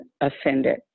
offended